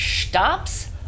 Stops